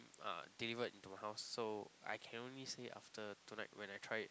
ah delivered into my house so I can only say after tonight when I try it